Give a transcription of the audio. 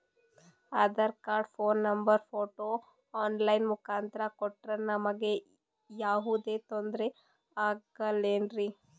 Aadhaar card, phone number, photo online ಮುಖಾಂತ್ರ ಕೊಟ್ರ ನಮಗೆ ಯಾವುದೇ ತೊಂದ್ರೆ ಆಗಲೇನ್ರಿ?